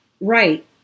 Right